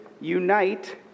unite